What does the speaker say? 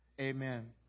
Amen